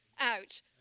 out